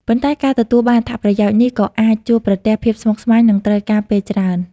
ប៉ុន្តែការទទួលបានអត្ថប្រយោជន៍នេះក៏អាចជួបប្រទះភាពស្មុគស្មាញ និងត្រូវការពេលច្រើន។